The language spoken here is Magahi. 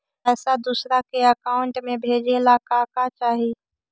पैसा दूसरा के अकाउंट में भेजे ला का का चाही?